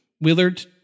Willard